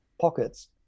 pockets